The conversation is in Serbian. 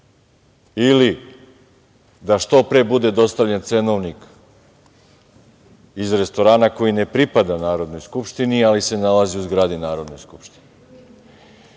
ili da što pre bude dostavljen cenovnik iz restorana koji ne pripada Narodnoj skupštini, ali se nalazi u zgradi Narodne skupštine. Tu